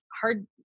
hard